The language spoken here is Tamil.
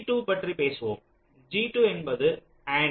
G2 பற்றி பேசுவோம் G2 என்பது அண்ட்